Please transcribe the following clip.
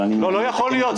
לא "יכול להיות".